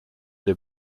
der